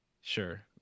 Sure